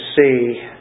see